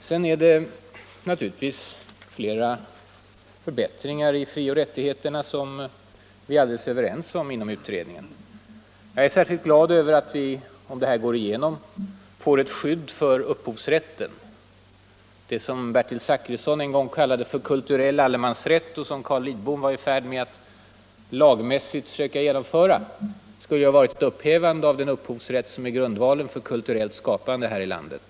Sedan är det flera förbättringar i fråga om frioch rättigheterna som vi är alldeles överens om inom utredningen. Jag är särskilt glad över att vi — om det här går igenom -— får ett skydd för upphovsrätten. Vad som Bertil Zachrisson en gång kallade för ”kulturell allemansrätt” och som Carl Lidbom var i färd med att lagmässigt försöka genomföra skulle ha varit ett upphävande av den upphovsrätt som är grundvalen för kulturellt skapande här i landet.